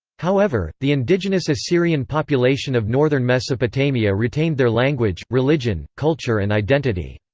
however, the indigenous assyrian population of northern mesopotamia retained their language, religion, culture and identity.